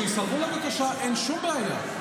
שיסרבו לבקשה, אין שום בעיה.